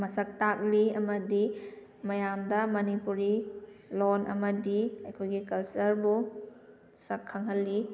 ꯃꯁꯛ ꯇꯥꯛꯂꯤ ꯑꯃꯗꯤ ꯃꯌꯥꯝꯗ ꯃꯅꯤꯄꯨꯔꯤ ꯂꯣꯟ ꯑꯃꯗꯤ ꯑꯩꯈꯣꯏꯒꯤ ꯀꯜꯆꯔꯕꯨ ꯁꯛ ꯈꯪꯍꯜꯂꯤ